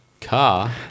Car